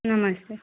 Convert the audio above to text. नमस्ते